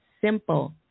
simple